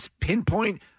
pinpoint